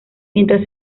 mientras